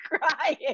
crying